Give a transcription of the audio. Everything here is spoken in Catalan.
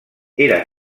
era